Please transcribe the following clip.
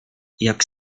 jak